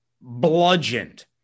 bludgeoned